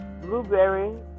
blueberry